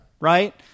right